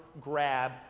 grab